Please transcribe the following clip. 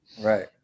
Right